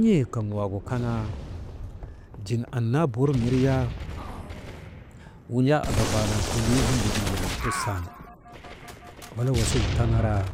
N̰ee kaŋ waagu kanaa jiŋ annaa burmiryak wujaa andabaanan kolii hillegin yayan tusana wala wasigu tanaraa,